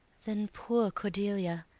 then poor cordelia!